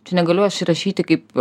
čia negaliu aš įrašyti kaip